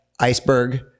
iceberg